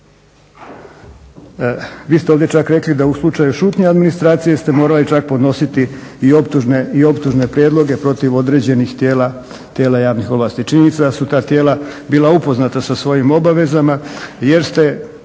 Vi ste ovdje čak rekli da u slučaju šutnje administracije ste morali čak podnositi i optužne prijedloge protiv određenih tijela javnih ovlasti. Činjenica da su ta tijela bila upoznata sa svojim obavezama jer su